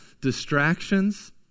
distractions